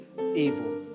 evil